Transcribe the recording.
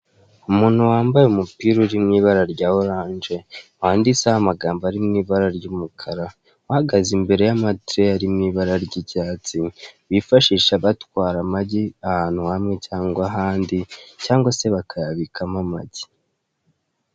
Umuntu wambaye umupira uri mu ibara rya oranje wanditseho amagambo ari mu ibara ry'umukara, uhagaze imbere y'amatireyi ari mu ibara ry'icyatsi, bifashisha batwara amagi ahantu hamwe cyangwa ahandi cyangwa se bakayabikamo amagi.